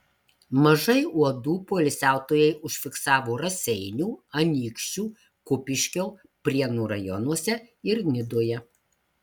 mažai uodų poilsiautojai užfiksavo raseinių anykščių kupiškio prienų rajonuose ir nidoje